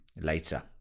later